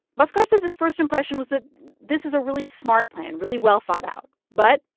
bhaskar says his first impression was that this is a really smart plan, really well thought out. but.